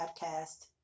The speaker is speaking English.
Podcast